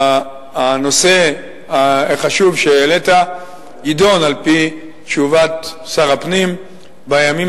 הנושא החשוב שהעלית יידון על-פי תשובת שר הפנים בימים